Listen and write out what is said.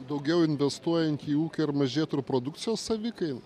daugiau investuojant į ūkį ar mažėtų ir produkcijos savikaina